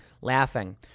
laughing